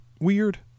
weird